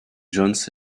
jones